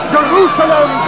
Jerusalem